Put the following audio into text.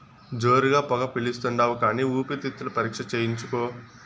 జోరుగా పొగ పిలిస్తాండావు కానీ ఊపిరితిత్తుల పరీక్ష చేయించుకో